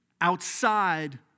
outside